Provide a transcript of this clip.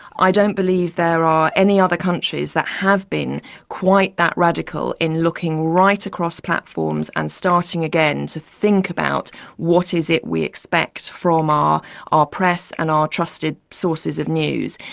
i don't believe there are any other countries that have been quite that radical in looking right across platforms and starting again to think about what is it we expect from ah our press and our trusted sources of news.